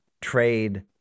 trade